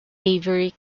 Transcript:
avery